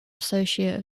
associate